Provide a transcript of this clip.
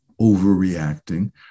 overreacting